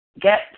get